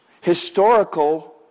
historical